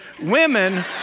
women